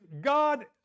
God